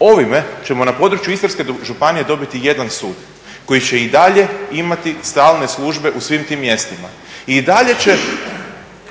Ovime ćemo na području Istarske županije dobiti jedan sud koji će i dalje imati stalne službe u svim tim mjestima i dalje će